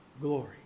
glory